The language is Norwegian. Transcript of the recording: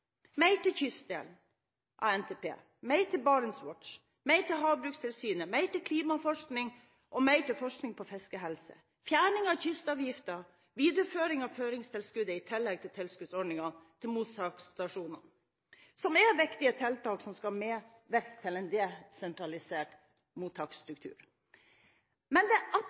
til kystdelen fra NTP, mer til BarentsWatch, mer til havbrukstilsynet, mer til klimaforskning, mer til forskning på fiskehelse, fjerning av kystavgiften, videreføring av føringstilskuddet, i tillegg til tilskuddsordninger til mottaksstasjoner – som er viktige tiltak som skal medvirke til en desentralisert mottaksstruktur. Men det absolutt aller viktigste er at